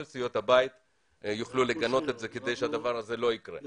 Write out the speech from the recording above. סיעות הבית יגנו את זה כדי שדבר כזה לא יקרה בשנית.